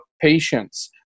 patience